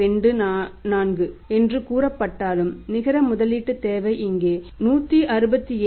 24 என்று கூறப்பட்டாலும் நிகர முதலீட்டுத் தேவை இங்கே 167